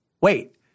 Wait